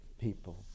people